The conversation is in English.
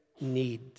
need